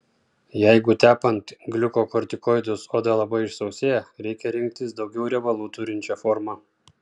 jeigu tepant gliukokortikoidus oda labai išsausėja reikia rinktis daugiau riebalų turinčią formą